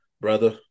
brother